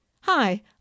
Hi